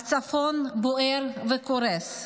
והצפון בוער וקורס.